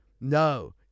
No